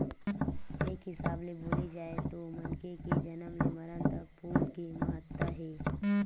एक हिसाब ले बोले जाए तो मनखे के जनम ले मरन तक फूल के महत्ता हे